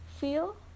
feel